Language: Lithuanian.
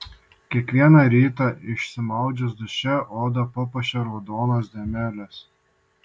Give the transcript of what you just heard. kiekvieną rytą išsimaudžius duše odą papuošia raudonos dėmelės